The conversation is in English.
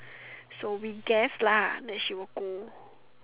so we guess lah that she will go